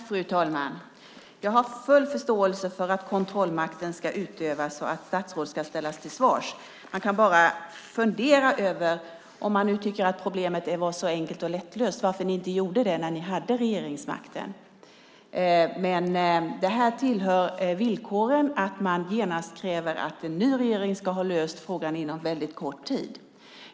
Fru talman! Jag har full förståelse för att kontrollmakten ska utövas och att statsråd ska ställas till svars. Man kan bara fundera över om ni nu tycker att problemet är så enkelt och lättlöst varför ni inte gjorde det när ni hade regeringsmakten. Men det tillhör villkoren att genast kräva att en ny regering ska ha löst frågan inom kort tid.